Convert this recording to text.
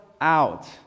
out